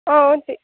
अँ